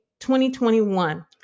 2021